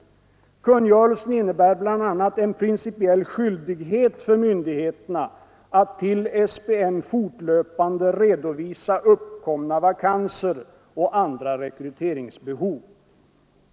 Kungörelsen innebär bl.a. en principiell skyldighet för myndigheterna att till SPN fortlöpande redovisa uppkomna vakanser och andra rekryteringsbehov.